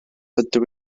ydw